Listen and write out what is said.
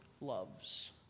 loves